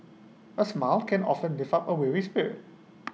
A smile can often lift up A weary spirit